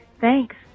Thanks